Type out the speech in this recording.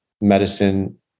medicine